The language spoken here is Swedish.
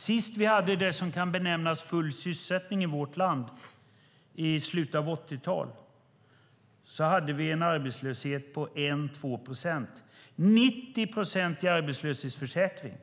Sist vi hade det som kan benämnas full sysselsättning i vårt land, i slutet av 80-talet, hade vi en arbetslöshet på 1-2 procent och en arbetslöshetsförsäkring med 90-procentig ersättningsnivå.